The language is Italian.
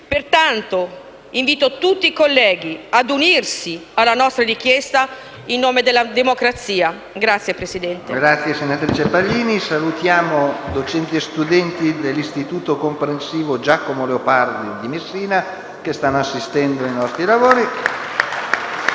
Pertanto, invito tutti i colleghi ad unirsi alla nostra richiesta, in nome della democrazia. *(Applausi